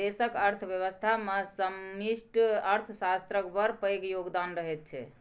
देशक अर्थव्यवस्थामे समष्टि अर्थशास्त्रक बड़ पैघ योगदान रहैत छै